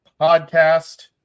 podcast